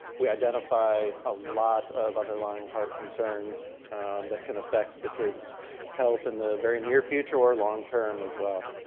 we identify a lot of underlying heart concerns that can affect the kids' health in the very near future or long-term as well.